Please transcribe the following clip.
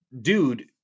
dude